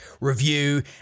review